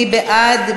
מי בעד?